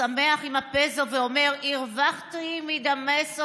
שמח עם הפסו הוא אומר: 'הרווחתי מדמסו